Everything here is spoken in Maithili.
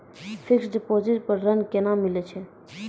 फिक्स्ड डिपोजिट पर ऋण केना मिलै छै?